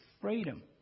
freedom